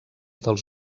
dels